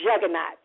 juggernaut